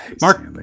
Mark